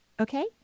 okay